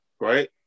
right